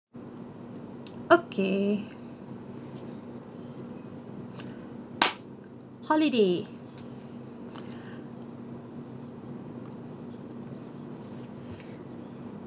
okay holiday